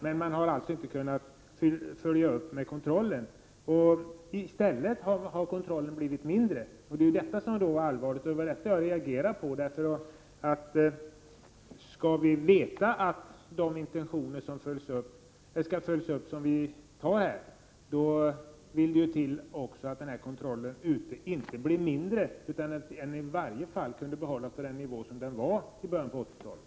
Men man har inte kunnat följa upp detta med kontroller. I stället har antalet kontroller blivit mindre. Det är allvarligt, och det är detta jag reagerade mot. Om vi skall kunna vara säkra på att de intentioner som riksdagen har givit uttryck åt på detta område följs upp vill det till att livsmedelskontrollen inte blir mindre i omfattning, utan att den i varje fall kan behållas på samma nivå som i början av 80-talet.